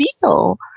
feel